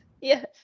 Yes